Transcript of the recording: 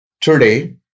Today